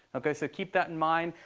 ok, so keep that in mind.